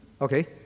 Okay